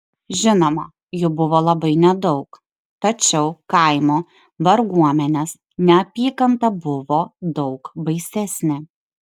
žinoma jų buvo labai nedaug tačiau kaimo varguomenės neapykanta buvo daug baisesnė